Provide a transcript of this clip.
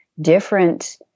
different